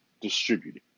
distributed